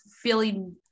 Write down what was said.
feeling